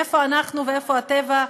איפה אנחנו ואיפה הטבע.